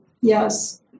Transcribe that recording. Yes